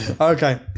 Okay